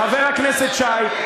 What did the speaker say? חבר הכנסת שי,